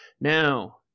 Now